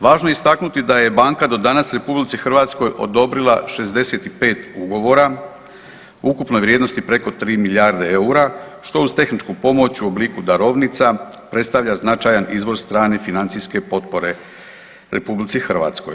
Važno je istaknuti da je banka do danas RH odobrila 65 ugovora u ukupnoj vrijednosti preko 3 milijarde eura, što uz tehničku pomoć u obliku darovnica predstavlja značaj izvor strane financijske potpore RH.